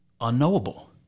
unknowable